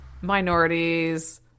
minorities